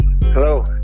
Hello